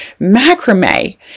macrame